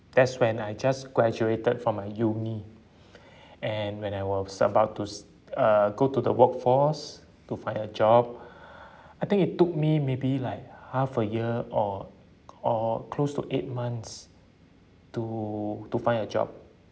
that's when I just graduated from a uni and when I was about to s~ uh go to the workforce to find a job I think it took me maybe like half a year or or close to eight months to to find a job